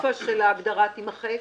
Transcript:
והסיפה של ההגדרה תימחק?